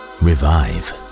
revive